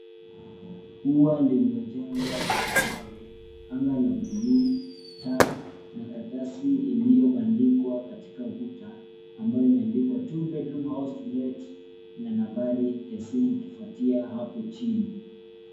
Ua lililojengwa kwa mawe, ana la buluu, taa na karatasi iliyobandikwa katika ukuta ambayo imeandikwa two bedroom house to let na nambari ya simu ikifuatia hapo chini.